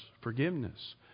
forgiveness